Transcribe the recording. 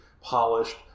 polished